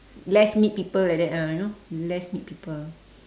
less meet people like that ah you know less meet people